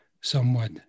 somewhat